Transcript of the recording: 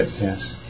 Yes